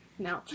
No